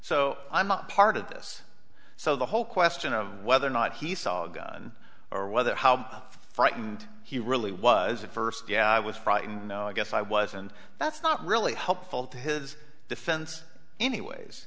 so i'm not part of this so the whole question of whether or not he saw a gun or whether how frightened he really was at first yeah i was frightened no i guess i wasn't that's not really helpful to his defense anyways